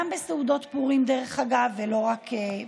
זה גם בסעודות פורים, דרך אגב, ולא רק בכנסים,